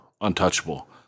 untouchable